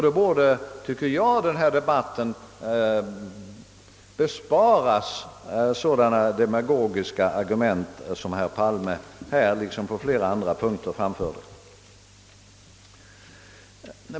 Då borde vi, tyc "ker jag, i denna debatt besparas så demagogiska argument som herr Palme här liksom på flera andra punkter anförde.